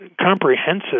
comprehensive